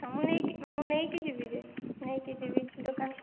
ମୁଁ ନେଇକି ମୁଁ ନେଇକି ଯିବି ଯେ ନେଇକି ଯିବି ଦୋକାନ